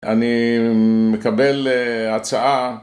אני מקבל הצעה